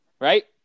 Right